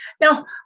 now